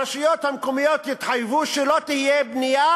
הרשויות המקומיות יתחייבו שלא תהיה בנייה